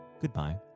goodbye